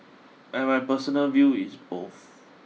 and my personal view is both